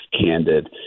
candid